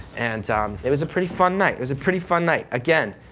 and it was a pretty fun night. it was a pretty fun night. again,